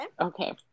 Okay